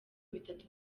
bitatu